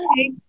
Hi